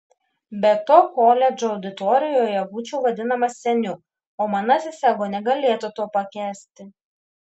be to koledžo auditorijoje būčiau vadinamas seniu o manasis ego negalėtų to pakęsti